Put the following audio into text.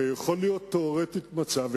הרי יכול להיות תיאורטית מצב,